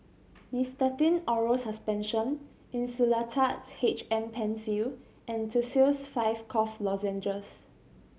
Nystatin Oral Suspension Insulatard H M Penfill and Tussils Five Cough Lozenges